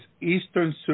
eastern